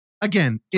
Again